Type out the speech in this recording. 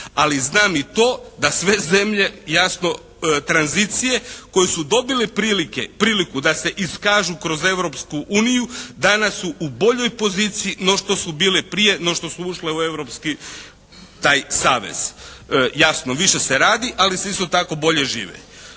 Ali znam i to da sve zemlje jasno tranzicije koje su dobile prilike, priliku da se iskažu kroz Europsku uniju danas su u boljoj poziciji no što su bile prije no što su ušle u europski taj savez. Jasno, više se radi ali se isto tako bolje živi.